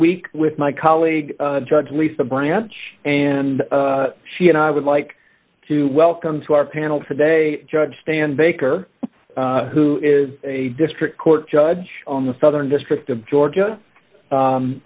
week with my colleague judge lisa branch and she and i would like to welcome to our panel today judge stan baker who is a district court judge on the southern district of georgia